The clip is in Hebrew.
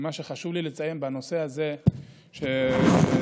מה שחשוב לי לציין בנושא הזה הוא שהמענה